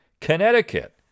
Connecticut